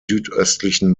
südöstlichen